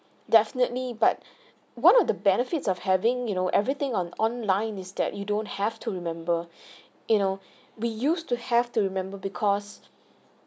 definitely but one of the benefits of having you know everything on online is that you don't have to remember you know we used to have to remember because